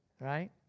right